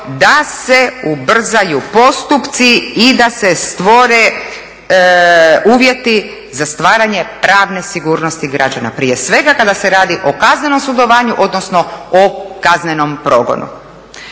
da se ubrzaju postupci i da se stvore uvjeti za stvaranje pravne sigurnosti građana, prije svega kada se radi o kaznenom sudovanju, odnosno o kaznenom progonu.